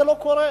זה לא קורה.